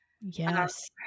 Yes